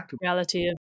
reality